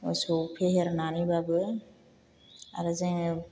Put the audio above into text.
मोसौ फेहेरनानैबाबो आरो जोङो